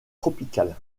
tropical